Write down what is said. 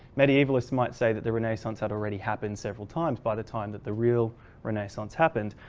medievalists might say that the renaissance had already happened several times by the time that the real renaissance happened.